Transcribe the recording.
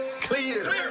clear